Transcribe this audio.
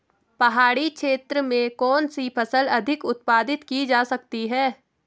पहाड़ी क्षेत्र में कौन सी फसल अधिक उत्पादित की जा सकती है?